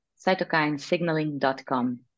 cytokinesignaling.com